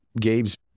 Gabe's